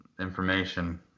information